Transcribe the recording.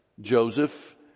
Joseph